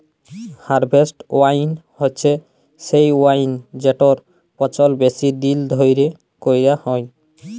harvest wine হছে সে wine যেটর পচল বেশি দিল ধ্যইরে ক্যইরা হ্যয়